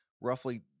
Roughly